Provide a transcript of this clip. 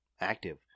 active